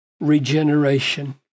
regeneration